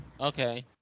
Okay